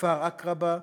כפר עקרבא,